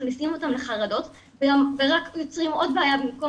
מכניסים אותם לחרדות ורק יוצרים עוד בעיה במקום